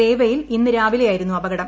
രേവയിൽ ഇന്നു രാവിലെയായിരുന്നു അപകടം